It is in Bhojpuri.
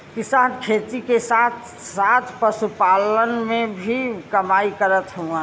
किसान खेती के साथ साथ पशुपालन से भी कमाई करत हउवन